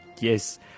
yes